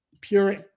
Pure